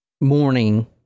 morning